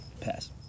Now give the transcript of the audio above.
pass